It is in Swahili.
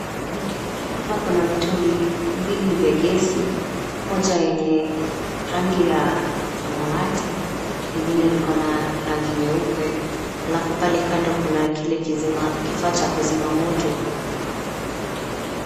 Hapa kuna mitungi mbili ya gesi ,moja yenye rangi ya samawati ,ingine iko na rangi nyeupe, alafu kando pale kuna kifaa cha kuzima moto.